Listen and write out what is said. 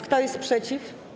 Kto jest przeciw?